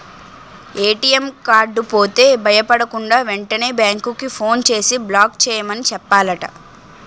ATM card పోతే భయపడకుండా, వెంటనే బేంకుకి ఫోన్ చేసి బ్లాక్ చేయమని చెప్పాలట